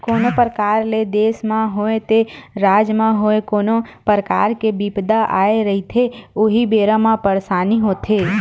कोनो परकार ले देस म होवय ते राज म होवय कोनो परकार के बिपदा आए रहिथे उही बेरा म परसानी होथे